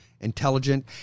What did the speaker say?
intelligent